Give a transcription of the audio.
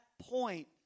point